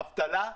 יש אבטלה.